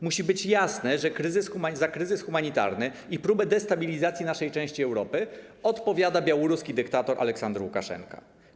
Musi być jasne, że za kryzys humanitarny i próbę destabilizacji naszej części Europy odpowiada białoruski dyktator Aleksander Łukaszenka.